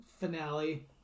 finale